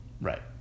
Right